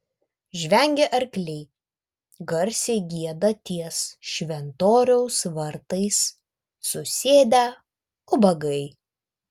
žvengia arkliai garsiai gieda ties šventoriaus vartais susėdę ubagai